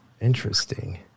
Interesting